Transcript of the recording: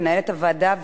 מנהלת הוועדה,